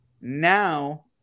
Now